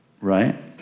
right